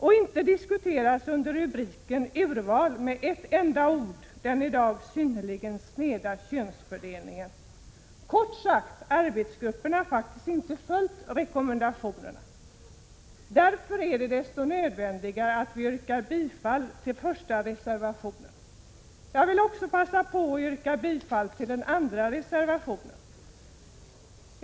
Inte heller diskuteras under rubriken Urval med ett enda ord den i dag synnerligen sneda könsfördelningen. Kort sagt — arbetsgruppen har faktiskt inte följt rekommendationen. Därför är det nödvändigt att vi bifaller reservation 1. Jag vill också passa på att yrka bifall till reservation 2.